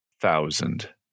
Thousand